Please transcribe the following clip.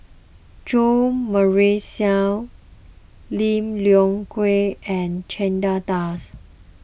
Jo Marion Seow Lim Leong Geok and Chandra Das